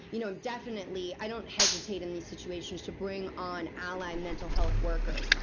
you know definitely, i don't hesitate, in these situations, to bring on ally mental health workers.